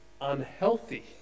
unhealthy